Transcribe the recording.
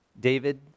David